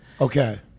Okay